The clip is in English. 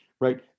Right